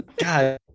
God